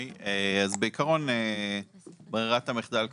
בעיקרון ברירת המחדל,